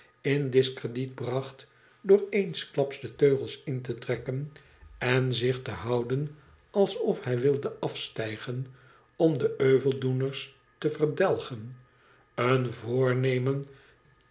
in discrediet bracht door eensklaps de teugels in te trekken en zich te houden alsof hij wilde afstijgen om de euveldoeners te verdelgen een voornemen